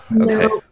Okay